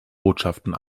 botschaften